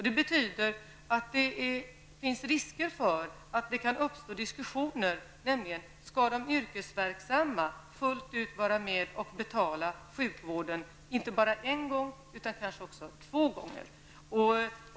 Det betyder att det finns risker för att det kan uppstå diskussioner om huruvida de yrkesverksamma fullt ut skall vara med och betala sjukvården inte bara en gång utan kanske även två gånger.